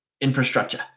infrastructure